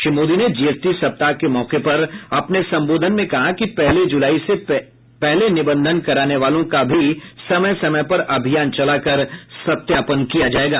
श्री मोदी ने जीएसटी सप्ताह के मौके पर कहा कि पहली जूलाई से पहले निबंधन कराने वालों का भी समय समय पर अभियान चला कर सत्यापन किया जाएगा